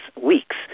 weeks